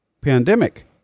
pandemic